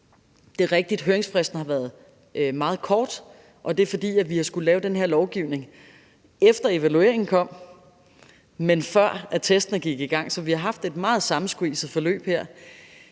det er rigtigt, at høringsfristen har været meget kort. Det er, fordi vi har skullet lave den her lovgivning, efter at evalueringen kom, men før testene gik i gang. Så vi har haft et meget sammensqueezet forløb her,